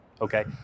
okay